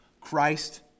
Christ